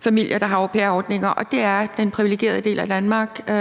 familier, der har au pairer, kommer fra, og det er den privilegerede del af Danmark, hvor